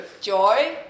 Joy